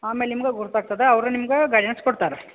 ಆಮೇಲೆ ನಿಮ್ಗೆ ಗುರ್ತು ಆಗ್ತದ ಅವ್ರು ನಿಮ್ಗೆ ಗೈಡೆನ್ಸ್ ಕೊಡ್ತಾರೆ